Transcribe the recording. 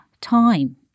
time